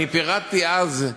אני פירטתי אז,